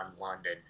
London